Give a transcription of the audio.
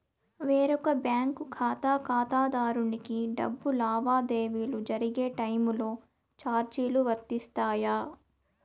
వేరొక బ్యాంకు ఖాతా ఖాతాదారునికి డబ్బు లావాదేవీలు జరిగే టైములో చార్జీలు వర్తిస్తాయా?